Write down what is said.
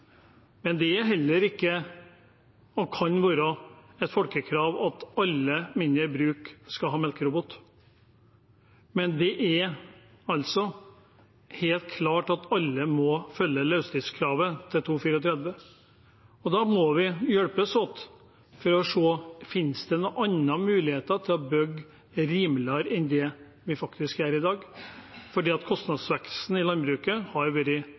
Det er ikke og kan heller ikke være et folkekrav at alle mindre bruk skal ha melkerobot, men det er helt klart at alle må følge løsdriftskravet til 2034. Da må vi hjelpe hverandre for å se om det finnes noen andre muligheter til å bygge rimeligere enn det vi gjør i dag, for kostnadsveksten i landbruket har vært